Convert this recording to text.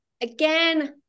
again